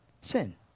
sin